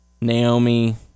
Naomi